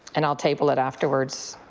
and i'll table it afterward.